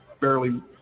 barely